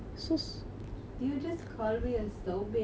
did you just call me a strawberry